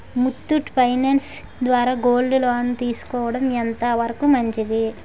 Muthoot finance ద్వారా gold loan తీసుకోవడం ఎంత వరకు మంచిది?